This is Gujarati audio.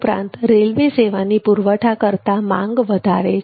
ઉપરાંત રેલ્વે સેવાની પુરવઠા કરતાં માંગ વધારે છે